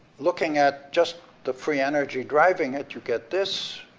looking at just the free energy driving it, you get this,